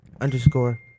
underscore